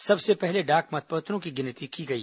सबसे पहले डाक मतपत्रों की गिनती की गई